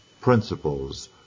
principles